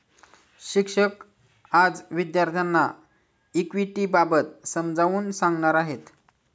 शिक्षक आज विद्यार्थ्यांना इक्विटिबाबत समजावून सांगणार आहेत